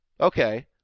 Okay